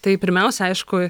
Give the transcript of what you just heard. tai pirmiausia aišku